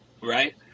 right